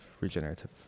regenerative